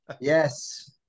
yes